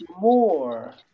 more